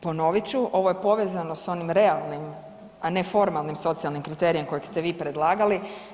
Ponovit ću, ovo je povezano s onim realnim, a ne formalnim socijalnim kriterijem kojeg ste vi predlagali.